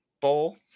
bowl